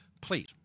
please